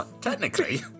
Technically